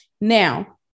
now